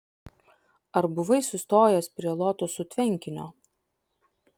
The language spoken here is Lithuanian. ar buvai sustojęs prie lotosų tvenkinio